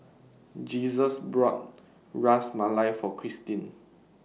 Jesus bought Ras Malai For Kristine